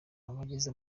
abagize